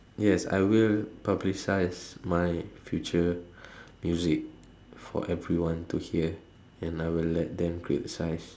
yes I will publicise my future music for everyone to hear and I will let them criticise